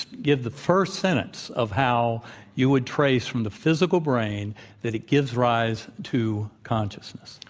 give the first sentence of how you would trace from the physical brain that it gives rise to consciousness.